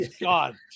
God